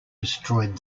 destroyed